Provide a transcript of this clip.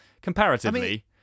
Comparatively